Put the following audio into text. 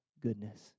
goodness